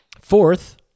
Fourth